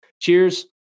Cheers